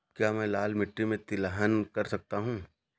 क्या मैं लाल मिट्टी में तिलहन कर सकता हूँ?